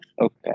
okay